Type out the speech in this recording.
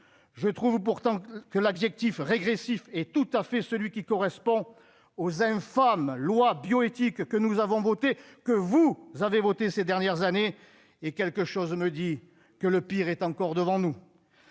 je trouve pourtant que l'objectif régressif et tout à fait celui qui correspond aux infâmes lois bioéthiques que nous avons voté que vous, vous avez voté ces dernières années et quelque chose me dit que le pire est encore devant nous,